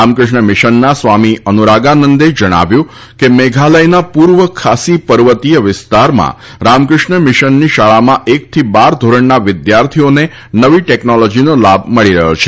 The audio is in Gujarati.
રામકૃષ્ણ મિશનના સ્વામી અનુરાગાનંદે જણાવ્યું હતું કે મેઘાલયના પૂર્વ ખાસી પર્વતીય વિસ્તારમાં રામકૃષ્ણ મિશનની શાળામાં એકથી બાર ધોરણના વિદ્યાર્થીઓને નવી ટેકનોલોજીનો લાભ મળી રહ્યો છે